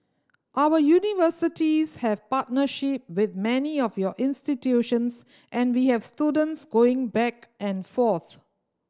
our universities have partnership with many of your institutions and we have students going back and forth